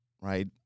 right